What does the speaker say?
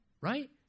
right